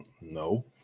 No